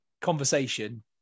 conversation